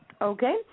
Okay